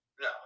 No